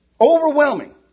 Overwhelming